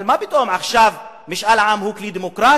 אבל מה פתאום עכשיו משאל עם הוא כלי דמוקרטי,